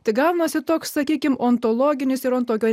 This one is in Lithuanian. tai gaunasi toks sakykime ontologinis ir ant tokio